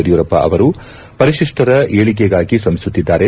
ಯಡಿಯೂರಪ್ಪ ಅವರು ಪರಿತಿಷ್ಪರ ಏಳಿಗೆಗಾಗಿ ಶ್ರಮಿಸುತ್ತಿದ್ದಾರೆ